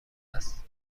است